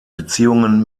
beziehungen